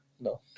No